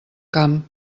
camp